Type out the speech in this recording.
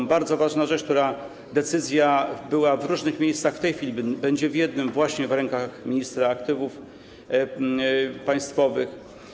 To bardzo ważna rzecz, decyzja była w różnych miejscach, w tej chwili będzie w jednym - właśnie w rękach ministra aktywów państwowych.